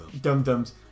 Dum-dums